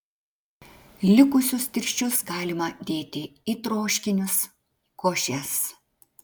likusius tirščius galima dėti į troškinius košes